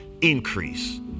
increase